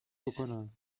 بکنم